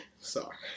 sorry